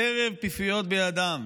חרב פיפיות בידם.